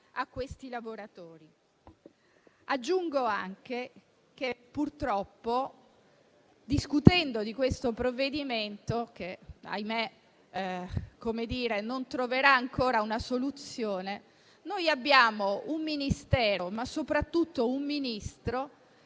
quei lavoratori. Aggiungo anche che, purtroppo, discutendo di questo provvedimento - ahimè, non troverà ancora una soluzione - abbiamo un Ministero, ma soprattutto un Ministro